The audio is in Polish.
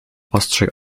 ostrzej